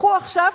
לכו עכשיו,